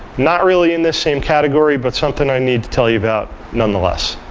not really in this same category, but something i need to tell you about nonetheless.